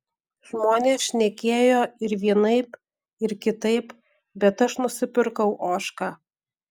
žmonės šnekėjo ir vienaip ir kitaip bet aš nusipirkau ožką